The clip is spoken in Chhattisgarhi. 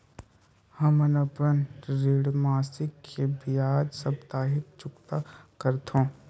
हमन अपन ऋण मासिक के बजाय साप्ताहिक चुकता करथों